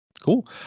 cool